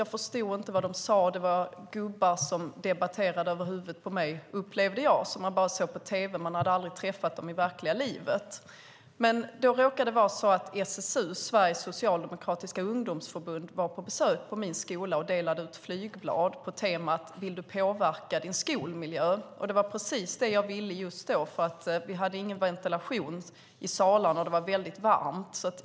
Jag förstod inte vad de sa, och det var gubbar som debatterade över huvudet på mig, upplevde jag. Man såg dem bara på tv, man hade aldrig träffat dem i verkliga livet. Då råkade SSU, Sveriges Socialdemokratiska Ungdomsförbund, komma på besök till min skola och dela ut flygblad på temat "Vill du påverka din skolmiljö? ", och det var precis det jag ville just då. Vi hade nämligen ingen ventilation i salarna, och det var väldigt varmt.